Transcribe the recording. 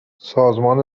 سازمان